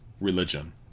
religion